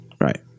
Right